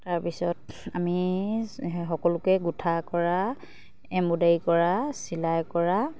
তাৰপিছত আমি সকলোকে গোঁঠা কৰা এম্ব্ৰইডাৰী কৰা চিলাই কৰা